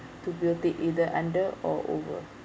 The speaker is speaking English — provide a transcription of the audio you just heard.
to build it either under or over